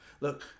look